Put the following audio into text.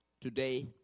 today